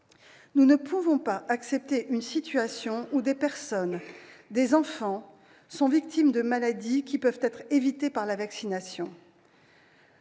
Nous ne pouvons pas accepter une situation où des personnes, des enfants, sont victimes de maladies qui peuvent être évitées par la vaccination.